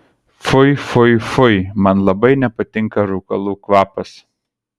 fui fui fui man labai nepatinka rūkalų kvapas